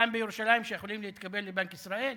כאן בירושלים, שיכולים להתקבל לבנק ישראל?